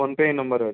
phone pay ଏଇ ନମ୍ବରରେ ଅଛି